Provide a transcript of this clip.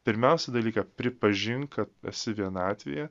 pirmiausia dalyką pripažink kad esi vienatvėje